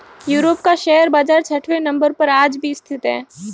Europe का share बाजार छठवें नम्बर पर आज भी स्थित है